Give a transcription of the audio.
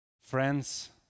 Friends